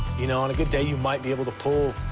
you know, on a good day you might be able to pull